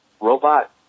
robot